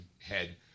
head